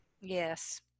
Yes